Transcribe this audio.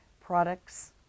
products